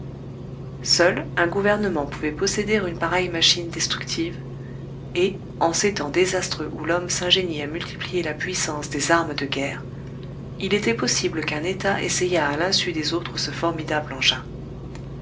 seul un gouvernement pouvait posséder une pareille machine destructive et en ces temps désastreux où l'homme s'ingénie à multiplier la puissance des armes de guerre il était possible qu'un état essayât à l'insu des autres ce formidable engin